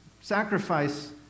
sacrifice